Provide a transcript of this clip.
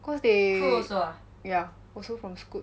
cause they yeah also from Scoot